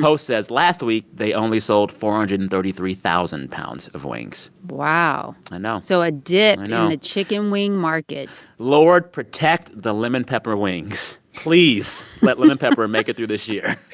post says last week, they only sold four hundred and thirty three thousand pounds of wings wow i know so a dip in the chicken wing market lord protect the lemon pepper wings. please, let lemon pepper make it through this year.